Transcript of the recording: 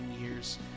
years